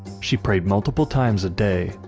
she prayed multiple times a day,